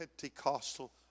Pentecostal